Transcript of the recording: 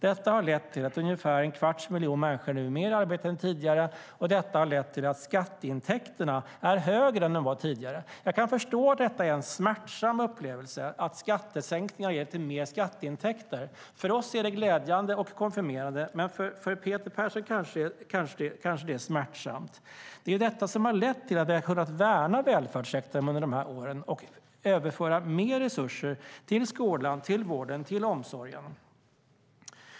Det har lett till att ungefär en kvarts miljon människor mer är i arbete nu än tidigare, och det har lett till att skatteintäkterna är högre än tidigare. Jag kan förstå att det är en smärtsam upplevelse att inse att skattesänkningar leder till mer skatteintäkter. För oss är det glädjande och konfirmerande, men för Peter Persson är det kanske smärtsamt. Detta har nämligen lett till att vi har kunnat värna välfärdssektorn under de här åren och överföra mer resurser till skolan, till vården och till omsorgen.